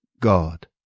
God